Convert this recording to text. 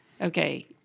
okay